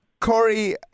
Corey